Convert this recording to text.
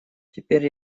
теперь